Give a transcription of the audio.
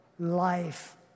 life